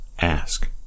ask